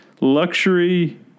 luxury